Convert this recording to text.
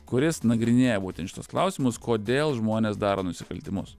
kuris nagrinėja būtent šituos klausimus kodėl žmonės daro nusikaltimus